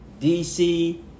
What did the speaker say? DC